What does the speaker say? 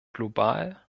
global